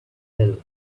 hill